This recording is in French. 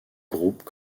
groupes